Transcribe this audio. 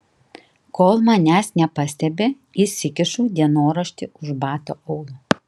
kol manęs nepastebi įsikišu dienoraštį už bato aulo